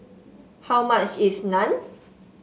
how much is Naan